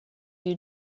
you